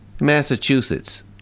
Massachusetts